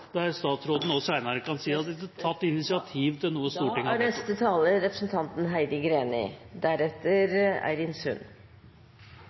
der statsråden også senere kan si at det er tatt initiativ til noe Stortinget